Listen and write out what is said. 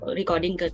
recording